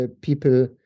people